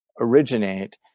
originate